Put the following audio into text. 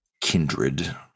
kindred